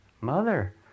mother